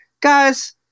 guys